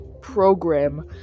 program